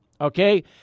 okay